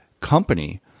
company